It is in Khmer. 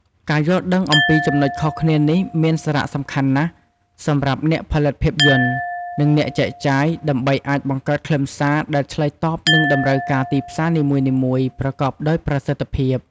ការយល់ដឹងអំពីចំណុចខុសគ្នានេះមានសារៈសំខាន់ណាស់សម្រាប់អ្នកផលិតភាពយន្ត និងអ្នកចែកចាយ ដើម្បីអាចបង្កើតខ្លឹមសារដែលឆ្លើយតបនឹងតម្រូវការទីផ្សារនីមួយៗប្រកបដោយប្រសិទ្ធភាព។